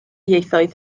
ieithoedd